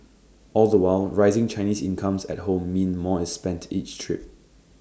all the while rising Chinese incomes at home mean more is spent each trip